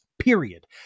period